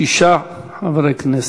שישה חברי כנסת.